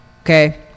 okay